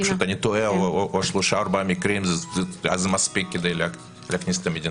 אני תוהה אם שלושה ארבעה מקרים זה מספיק כדי להכניס את המדינה.